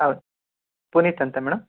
ಹೌದು ಪುನೀತ್ ಅಂತ ಮೇಡಮ್